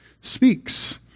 speaks